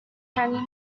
canyon